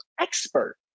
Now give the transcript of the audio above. expert